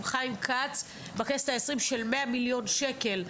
חיים כץ בכנסת העשרים של מאה מיליון שקל.